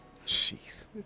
jeez